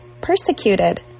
persecuted